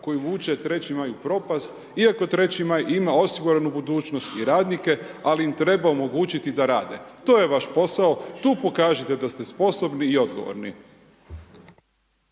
koji vuče 3.Maj u propast, iako 3.Maj ima osiguranu budućnost i radnike, ali im treba omogućiti da rade. To je vaš posao tu pokažite da ste sposobni i odgovorni.